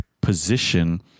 position